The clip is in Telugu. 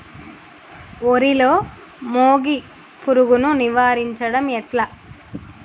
వరిలో మోగి పురుగును నివారించడం ఎట్లా?